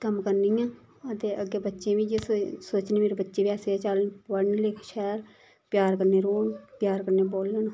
कम्म करनी आं ते अग्गें बच्चें बी इयै सोचनी मेरे बच्चे बी ऐसे ई चलन पढ़न लिखन शैल प्यार कन्नै रौह्न प्यार कन्नै बोलन